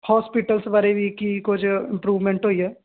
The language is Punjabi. ਹੋਸਪੀਟਲਸ ਬਾਰੇ ਵੀ ਕੀ ਕੁਝ ਇੰਪਰੂਵਮੈਂਟ ਹੋਈ ਐ